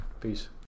Peace